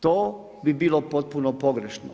To bi bilo potpuno pogrešno.